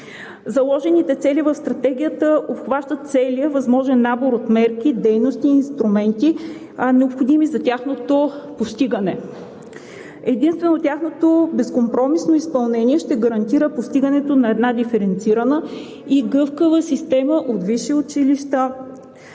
Заложените цели в Стратегията обхващат целия възможен набор от мерки, дейности, инструменти, необходими за тяхното постигане. Единствено тяхното безкомпромисно изпълнение ще гарантира постигането на една диференцирана и гъвкава система от висши училища,